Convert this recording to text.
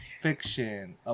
fiction